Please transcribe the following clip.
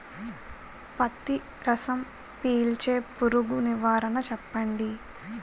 పత్తి రసం పీల్చే పురుగు నివారణ చెప్పండి?